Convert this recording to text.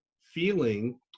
feeling